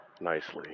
nicely